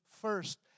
first